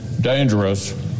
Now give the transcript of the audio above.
dangerous